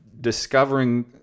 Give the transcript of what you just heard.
discovering